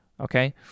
Okay